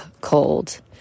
cold